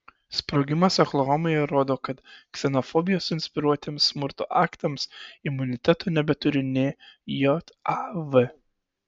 sprogimas oklahomoje rodo kad ksenofobijos inspiruotiems smurto aktams imuniteto nebeturi nė jav